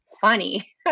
funny